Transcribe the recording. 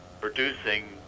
producing